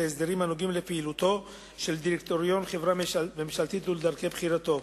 את ההסדרים הנוגעים לפעילותו של דירקטוריון חברה ממשלתית ולדרכי בחירתו.